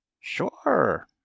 Sure